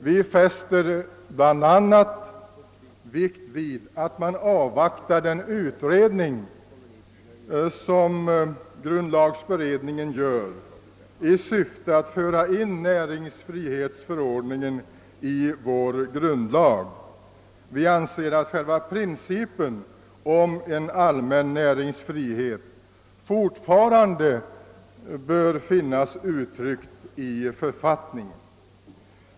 Vi fäster bl.a. vikt vid att man avvaktar den utredning som grundlagberedningen gör i syfte att föra in näringsfrihetsförklaringen i vår grundlag. Vi anser att själva principen om allmän näringsfrihet fortfarande bör finnas uttryckt i författningen.